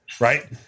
right